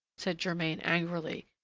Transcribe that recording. said germain angrily,